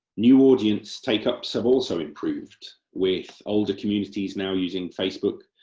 new audience take-ups have also improved with older communities now using facebook,